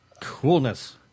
Coolness